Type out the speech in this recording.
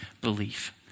belief